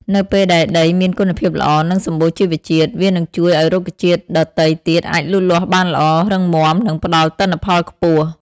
នៅពេលដែលដីមានគុណភាពល្អ និងសម្បូរជីវជាតិ វានឹងជួយឲ្យរុក្ខជាតិដទៃទៀតអាចលូតលាស់បានល្អ រឹងមាំ និងផ្ដល់ទិន្នផលខ្ពស់។